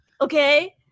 okay